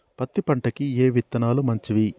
పత్తి పంటకి ఏ విత్తనాలు మంచివి?